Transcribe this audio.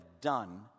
done